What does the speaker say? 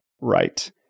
right